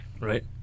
Right